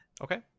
Okay